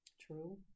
True